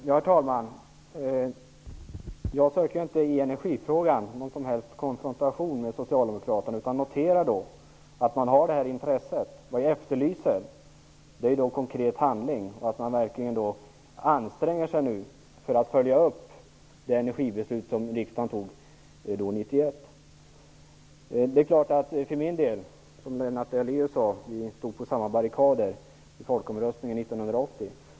Herr talman! Jag söker inte någon som helst konfrontation med Socialdemokraterna i energifrågan, utan noterar att man har ett intresse. Vad jag efterlyser är konkret handling och att man verkligen anstränger sig för att nu följa upp det energibeslut som riksdagen fattade 1991. Som Lennart Daléus sade stod vi på samma barrikader vid folkomröstningen 1980.